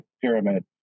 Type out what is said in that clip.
pyramid